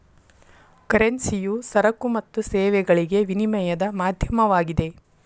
ಕರೆನ್ಸಿಯು ಸರಕು ಮತ್ತು ಸೇವೆಗಳಿಗೆ ವಿನಿಮಯದ ಮಾಧ್ಯಮವಾಗಿದೆ